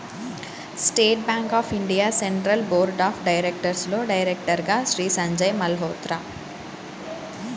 state bank of India central board of డైరెక్టర్స్లో డైరెక్టర్గా శ్రీ సంజయ్ మల్హోత్రా